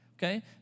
Okay